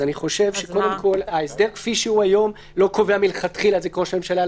אני חושב שההסדר כפי שהוא היום לא קובע מלכתחילה את זה כראש הממשלה.